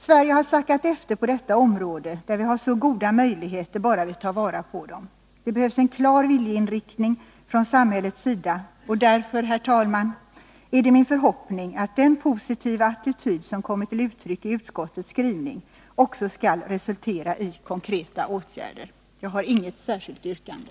Sverige har sackat efter på detta område, där vi har så goda möjligheter bara vi tar vara på dem. Det behövs en klar viljeinriktning från samhällets sida, och därför, herr talman, är det min förhoppning att den positiva attityd som kommit till uttryck i utskottets skrivning också skall resultera i konkreta åtgärder. Jag har inget särskilt yrkande.